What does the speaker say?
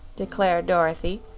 declared dorothy,